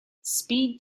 speed